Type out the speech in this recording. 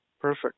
Perfect